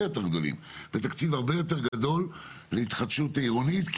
יותר גדולים ותקציב הרבה יותר גדול להתחדשות עירונית,